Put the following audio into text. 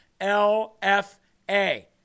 LFA